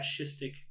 fascistic